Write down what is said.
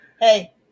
hey